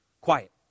Quiet